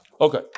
Okay